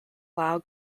lao